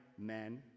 men